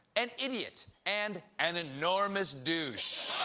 an idiot, and an enormous douche.